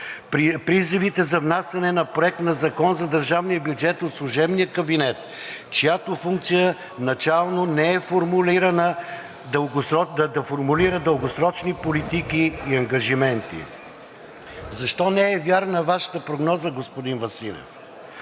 Призивите за внасяне на Проект на закон за държавния бюджет от служебния кабинет, чиято функция начално не е формулирана да формулира дългосрочни политики и ангажименти. Защо не е вярна Вашата прогноза, господин Василев?